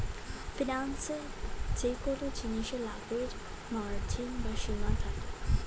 ফিন্যান্সে যেকোন জিনিসে লাভের মার্জিন বা সীমা থাকে